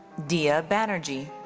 diya baerjee.